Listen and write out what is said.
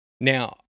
Now